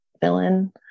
villain